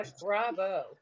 Bravo